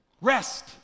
Rest